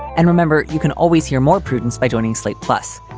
and remember, you can always hear more prudence by joining slate plus,